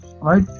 Right